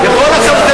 בכל הכבוד,